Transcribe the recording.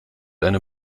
eine